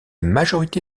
majorité